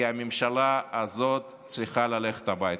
כי הממשלה הזאת צריכה ללכת הביתה.